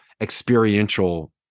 experiential